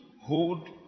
hold